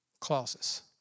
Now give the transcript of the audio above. clauses